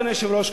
אדוני היושב-ראש,